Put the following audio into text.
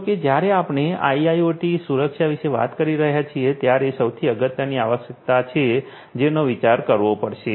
જોકે જ્યારે આપણે આઈઆઈઓટી સુરક્ષા વિશે વાત કરી રહ્યા છીએ ત્યારે આ સૌથી અગત્યની આવશ્યકતા છે જેનો વિચાર કરવો પડશે